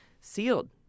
Sealed